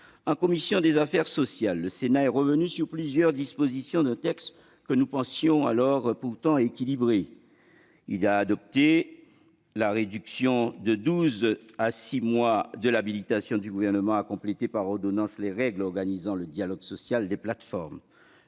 En commission des affaires sociales, le Sénat est revenu sur plusieurs dispositions d'un texte que nous pensions pourtant équilibré. Il a adopté la réduction de douze à six mois de l'habilitation du Gouvernement à compléter par ordonnance les règles organisant le dialogue social des plateformes.